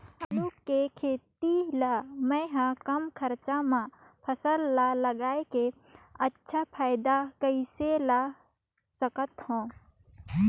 आलू के खेती ला मै ह कम खरचा मा फसल ला लगई के अच्छा फायदा कइसे ला सकथव?